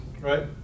Right